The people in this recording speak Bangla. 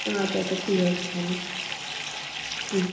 আচ্ছা আচ্ছা ঠিক আছে তাহলে হুম